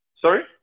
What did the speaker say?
Sorry